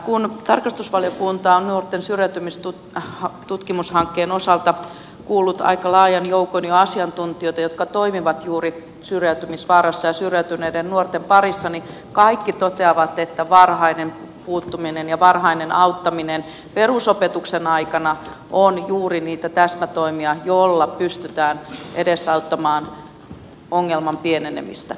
kun tarkastusvaliokunta on nuorten syrjäytymistutkimushankkeen osalta kuullut jo aika laajan joukon asiantuntijoita jotka toimivat juuri syrjäytymisvaarassa olevien ja syrjäytyneiden nuorten parissa niin kaikki toteavat että varhainen puuttuminen ja varhainen auttaminen perusopetuksen aikana ovat juuri niitä täsmätoimia joilla pystytään edesauttamaan ongelman pienenemistä